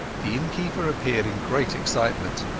the innkeeper appeared in great excitement.